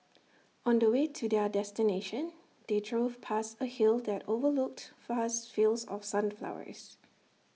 on the way to their destination they drove past A hill that overlooked vast fields of sunflowers